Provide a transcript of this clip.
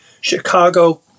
Chicago